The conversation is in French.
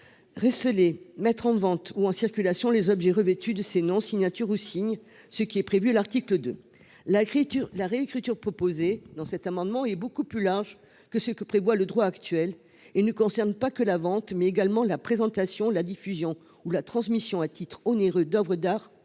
recélé, mis en vente ou en circulation les objets revêtus de ces noms, signatures ou signes ». La réécriture proposée dans cet amendement est beaucoup plus large que ce que prévoit le droit actuel. Elle vise non seulement la vente, mais également la présentation, la diffusion ou la transmission à titre onéreux d'oeuvres ou